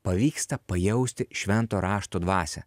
pavyksta pajausti švento rašto dvasią